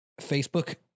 Facebook